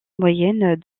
moyenne